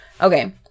Okay